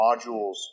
modules